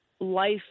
life